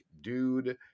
dude